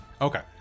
Okay